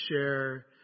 share